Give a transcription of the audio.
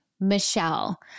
Michelle